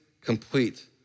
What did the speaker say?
complete